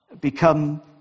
become